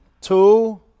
two